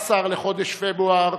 14 בחודש פברואר